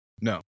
No